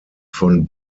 von